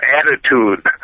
attitude